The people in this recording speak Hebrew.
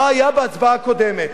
מה היה בהצבעה הקודמת.